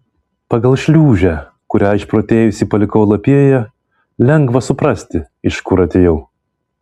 pagal šliūžę kurią išprotėjusi palikau lapijoje lengva suprasti iš kur atėjau